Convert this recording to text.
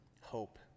hope